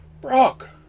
Brock